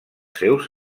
seus